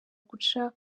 guca